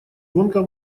гонка